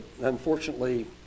unfortunately